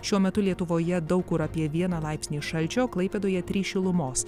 šiuo metu lietuvoje daug kur apie vieną laipsnį šalčio klaipėdoje trys šilumos